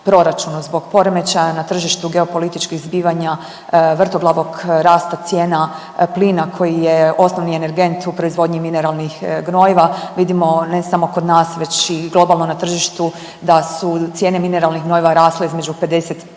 Zbog poremećaja na tržištu geopolitičkih zbijanja i vrtoglavog rasta cijena plina koji je osnovni energent u proizvodnji mineralnih gnojiva vidimo ne samo kod nas već i globalno na tržištu da su cijene mineralnih gnojiva rasle između 50